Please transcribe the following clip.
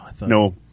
No